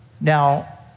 Now